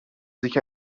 sich